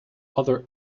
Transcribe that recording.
other